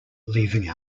leaving